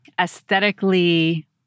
aesthetically